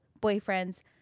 boyfriend's